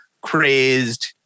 crazed